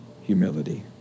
humility